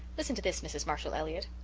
listen to this, mrs. marshall elliott.